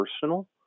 personal